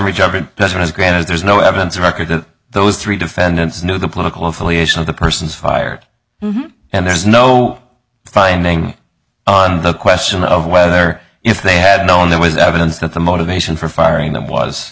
is granted there's no evidence record that those three defendants knew the political affiliation of the persons fired and there's no finding the question of whether if they had known there was evidence that the motivation for firing them was